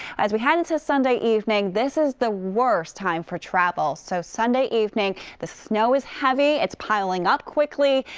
as we head into sunday evening, this is the worst time for travel. so sunday evening, the snow is heavy. it's piling up quickly.